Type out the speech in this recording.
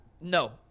No